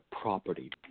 property